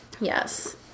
Yes